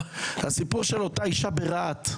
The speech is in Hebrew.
זה הסיפור של אותה אישה ברהט,